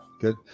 good